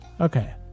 Okay